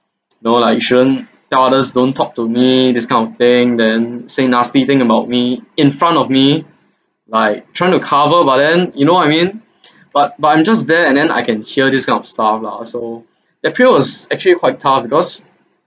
no lah you shouldn't tell others don't talk to me this kind of thing then say nasty thing about me in front of me like trying to cover but then you know what I mean but but I'm just there and then I can hear this kind of stuff lah so that feel was actually quite tough because